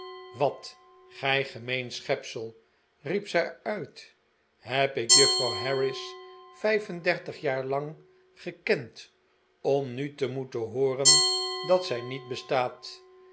wat gij gemeen schepsel riep zij uit heb ik juffrouw harris vijf en dertig jaar lang gekend om nu te moeten hooren dat zij niet bestaat